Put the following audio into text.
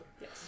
Yes